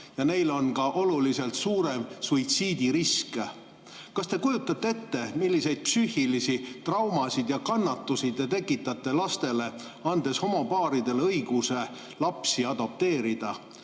ja neil on ka oluliselt suurem suitsiidirisk. Kas te kujutate ette, milliseid psüühilisi traumasid ja kannatusi te tekitate lastele, andes homopaaridele õiguse lapsi adopteerida?